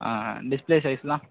ஆ ஆ டிஸ்ப்ளே சைஸ்யெலாம்